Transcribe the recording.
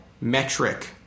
metric